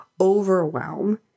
overwhelm